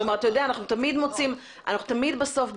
תמיד בסוף,